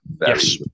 Yes